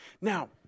Now